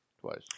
Twice